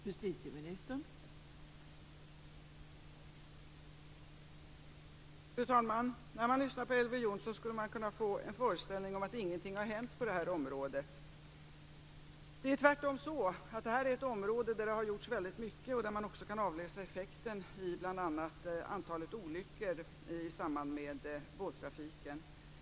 Fru talman! När man lyssnar på Elver Jonsson skulle man kunna få en föreställning om att ingenting har hänt på det här området. Det är tvärtom så att det här är ett område där det har gjorts väldigt mycket. Man kan också avläsa effekten i bl.a. antalet olyckor i samband med båttrafiken.